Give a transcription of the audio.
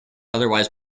otherwise